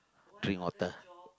drink water